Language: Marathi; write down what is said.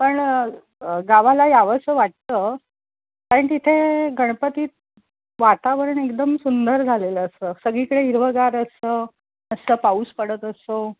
पण गावाला यावंसं वाटतं कारण तिथे गणपतीत वातावरण एकदम सुंदर झालेलं असं सगळीकडे हिरवंगार असं मस्त पाऊस पडत असतो